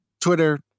Twitter